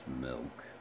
milk